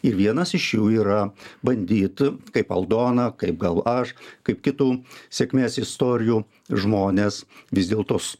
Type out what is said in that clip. ir vienas iš jų yra bandyti kaip aldona kaip gal aš kaip kitų sėkmės istorijų žmonės vis dėl tos